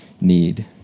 need